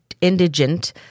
indigent